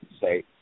say